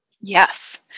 Yes